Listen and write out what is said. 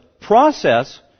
process